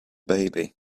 baby